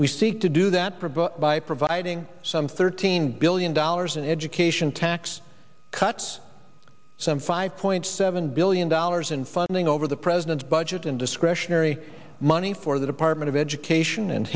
we seek to do that but by providing some thirteen billion dollars in education tax cuts some five point seven billion dollars in funding over the president's budget and discretionary money for the department of education and